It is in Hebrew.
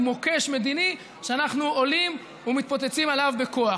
מוקש מדיני שאנחנו עולים ומתפוצצים עליו בכוח.